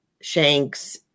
shanks